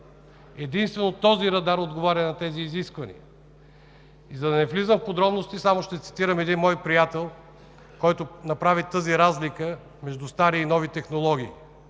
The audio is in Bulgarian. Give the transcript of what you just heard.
Единствено този радар отговаря на тези изисквания. За да не влизам в подробности, само ще цитирам мой приятел, който направи разликата между стари и нови технологии